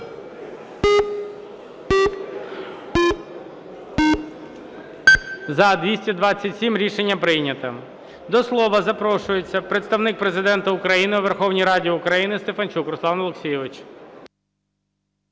За-208 Рішення прийнято. До слова запрошується Представник Президента України у Верховній Раді України Стефанчук Руслан Олексійович.